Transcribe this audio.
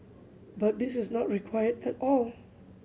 but this is not required at all